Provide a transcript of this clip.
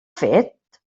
fet